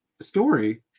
story